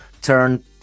turn